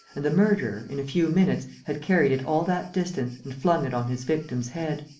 and the murderer, in a few minutes, had carried it all that distance and flung it on his victim's head.